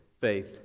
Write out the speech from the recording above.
faith